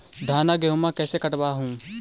धाना, गेहुमा कैसे कटबा हू?